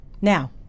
Now